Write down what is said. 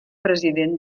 president